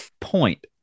point